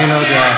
אני לא יודע.